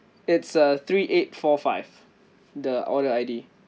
it's a three eight four five the order I_D